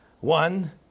One